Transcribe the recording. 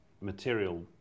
material